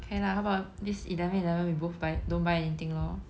K lah how about this eleven eleven we both buy don't buy anything lor